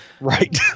right